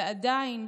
ועדיין,